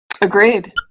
Agreed